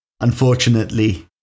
unfortunately